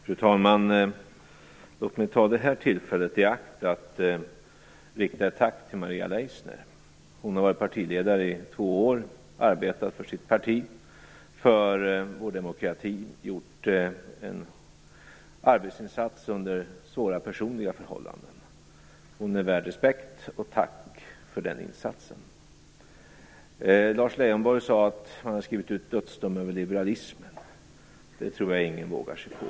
Fru talman! Låt mig ta detta tillfälle i akt för att rikta ett tack till Maria Leissner. Hon har varit partiledare i två år och arbetat för sitt parti och har för vår demokrati gjort en arbetsinsats under svåra personliga förhållanden. Hon är värd respekt och ett tack för den insatsen. Lars Leijonborg sade att man hade skrivit ut en dödsdom över liberalismen. Det tror jag ingen vågar sig på.